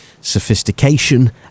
sophistication